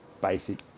basic